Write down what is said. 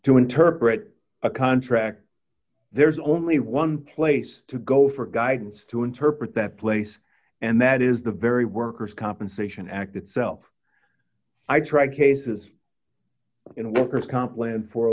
to interpret a contract there's only one place to go for guidance to interpret that place and that is the very workers compensation act itself i try cases in workers comp land for a